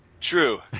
True